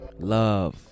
Love